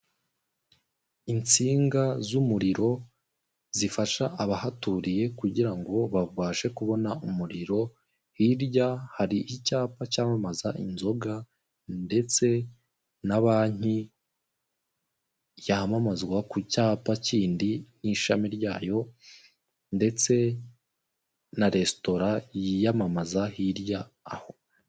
Insinga z'umuriro zifasha abahaturiye kugira ngo babashe kubona umuriro. Hirya hari icyapa cyamamaza inzoga ndetse na banki yamamazwa ku cyapa kindi n'ishami ryayo ndetse na resitora yiyamamaza hirya aho.